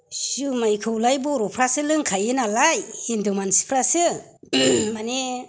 जुमायखौलाय बर'फोरासो लोंखायो नालाय हिन्दु मानसिफ्रासो माने